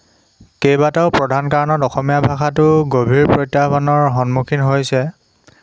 কেইবাটাও প্ৰধান কাৰণত অসমীয়া ভাষাটো গভীৰ প্ৰত্যাহ্বানৰ সন্মুখীন হৈছে